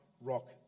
rock